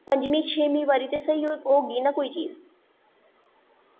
पजमीं छेमीं बारी ते स्हेई होगी ना कोई चीज